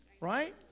Right